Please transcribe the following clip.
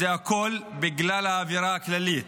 והכול בגלל האווירה הכללית.